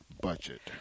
Budget